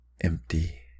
empty